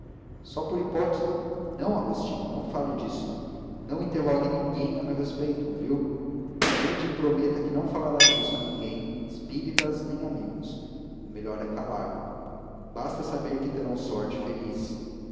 só por hipótese não agostinho não fale disto não interrogue ninguém a meu respeito ouviu ande prometa que não falará disto a ninguém espíritas nem amigos o melhor é calar basta saber que terão sorte feliz